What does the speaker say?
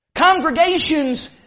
congregations